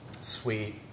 sweet